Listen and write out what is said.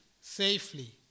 safely